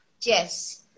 yes